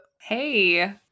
Hey